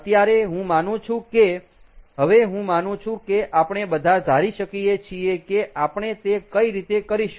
અત્યારે હું માનું છું કે હવે હું માનું છું કે આપણે બધા ધારી શકીયે છીએ કે આપણે તે કઈ રીતે કરીશું